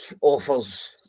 offers